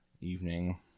evening